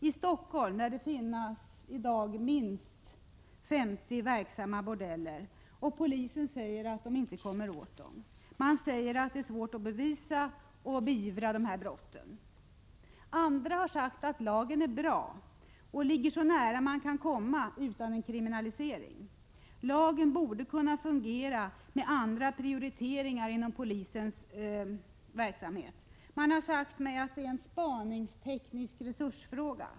I Stockholm lär det i dag finnas minst 50 verksamma bordeller, och polisen säger att den inte kommer åt dem. Man säger att det är svårt att bevisa och beivra dessa brott. Andra har sagt att lagen är bra och ligger så nära man kan komma utan en kriminalisering. Lagen borde kunna fungera med andra prioriteringar inom polisens verksamhet. Man har sagt mig att det är en spaningsteknisk resursfråga.